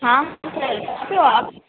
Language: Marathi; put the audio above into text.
हां आप